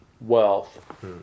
wealth